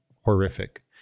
horrific